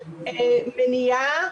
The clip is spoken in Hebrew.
מניעה,